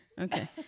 okay